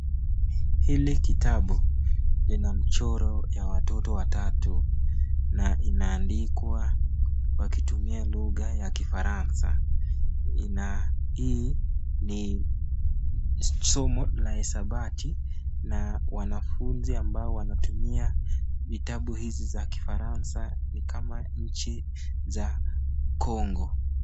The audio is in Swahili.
Hili kitabu lina mchoro ya watoto watatu na inaandikwa wakitumia lugha ya kifaransa, hii ni somo la hisabati na wanafunzi ambao wanatumia vitabu hizi za kifaransa ni kama nchi za kongo.